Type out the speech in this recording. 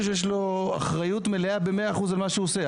שיש לו אחריות מלאה ב-100% על מה שהוא עושה.